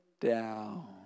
down